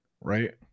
Right